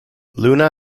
luna